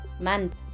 month